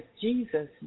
Jesus